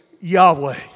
Yahweh